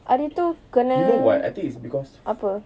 hari itu kena apa